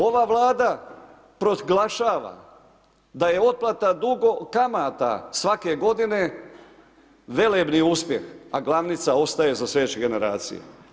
Ova Vlada proglašava da je otplata kamata svake godine velebni uspjeh, a glavnica ostaje za slijedeće generacije.